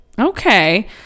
okay